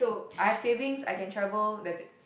I've savings I can travel that's it